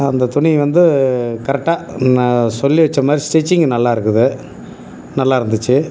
அந்தத் துணி வந்து கரெக்டாக நான் சொல்லி வச்ச மாதிரி ஸ்ட்ரிச்சிங் நல்லாருக்குது நல்லா இருந்துச்சு